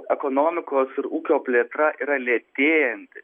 ekonomikos ir ūkio plėtra yra lėtėjanti